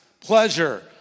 pleasure